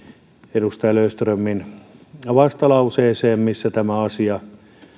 edustaja löfströmin vastalauseeseen missä tämä asia